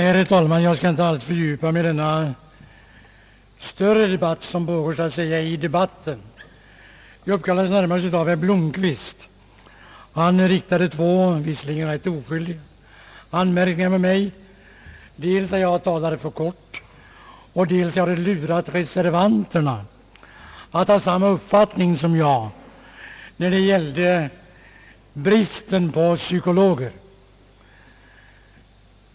Herr talman! Jag skall inte alls fördjupa mig i denna större debatt som så att säga pågår i debatten. Jag uppkallades närmast av herr Blomquist. Han riktade två, visserligen rätt oskyldiga anmärkningar mot mig, dels för att jag talade för kort och dels för att jag hade lurat reservanterna att ha samma uppfattning som jag när det gällde bristen på psykologer.